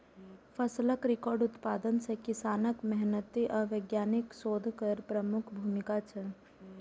फसलक रिकॉर्ड उत्पादन मे किसानक मेहनति आ वैज्ञानिकक शोध केर प्रमुख भूमिका छै